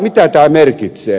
mitä tämä merkitsee